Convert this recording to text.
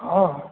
हाँ